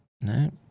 no